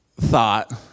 thought